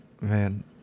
man